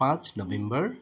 पाँच नोभेम्बर